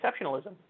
exceptionalism